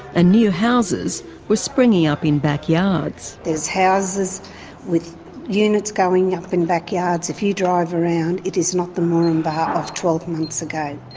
and new houses were springing up in backyards. there's houses with units going up in backyards. if you drive around, it is not the moranbah of twelve months ago.